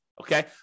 Okay